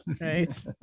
Right